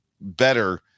better